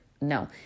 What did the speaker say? No